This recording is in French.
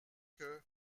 que